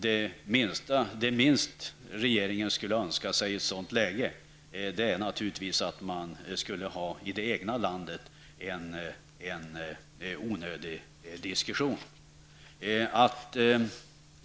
Det sista regeringen skulle önska i ett sådant läge var att i det egna landet föra en onödig diskussion.